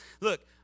Look